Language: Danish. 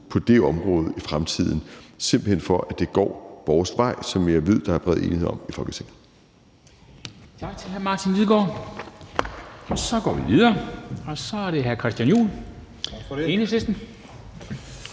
på det område i fremtiden, simpelt hen for at det går vores vej, hvad jeg ved der er bred enighed om i Folketinget.